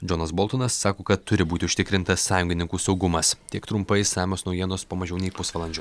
džonas boltonas sako kad turi būti užtikrintas sąjungininkų saugumas tiek trumpai išsamios naujienos po mažiau nei pusvalandžio